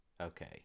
Okay